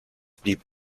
blieb